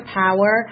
power